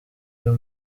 byo